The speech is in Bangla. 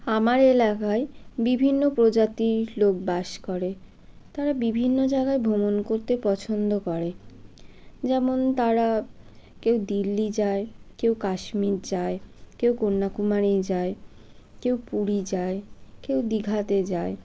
আমার এলাকায় বিভিন্ন প্রজাতির লোক বাস করে তারা বিভিন্ন জায়গায় ভ্রমণ করতে পছন্দ করে যেমন তারা কেউ দিল্লি যায় কেউ কাশ্মীর যায় কেউ কন্যাকুমারী যায় কেউ পুরী যায় কেউ দীঘাতে যায়